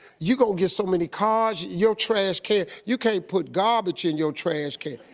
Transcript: you gone get so many cards, your trash can you can't put garbage in your trash can.